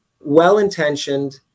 well-intentioned